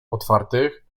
otwartych